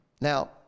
Now